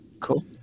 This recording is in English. Cool